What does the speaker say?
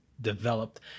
Developed